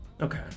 Okay